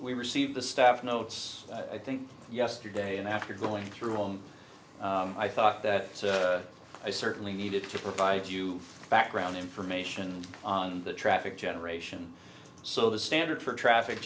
we received the stuff notes i think yesterday and after going through and i thought that i certainly needed to provide you background information on the traffic generation so the standard for traffic